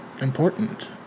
important